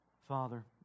Father